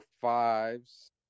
fives